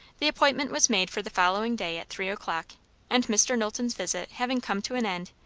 the appointment was made for the following day at three o'clock and mr. knowlton's visit having come to an end,